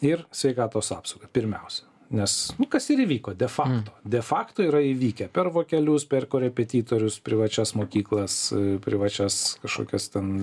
ir sveikatos apsaugą pirmiausia nes kas ir įvyko de fanto de fakto yra įvykę per vokelius per korepetitorius privačias mokyklas privačias kažkokias ten